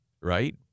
Right